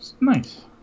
Nice